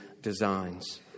designs